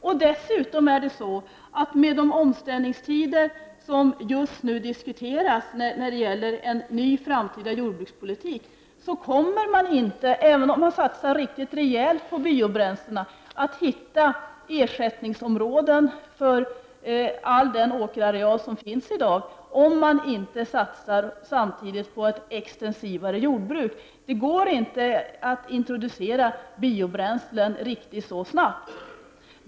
Även om vi satsar riktigt rejält på biobränslen så kommer vi inte, med de omställningstider som just nu diskuteras i fråga om den framtida jordbrukspolitiken, att hitta ersättningsområden för all den åkerareal som finns i dag om vi inte samtidigt satsar på ett extensivare jordbruk. Det går inte att introducera biobränslen riktigt så snabbt.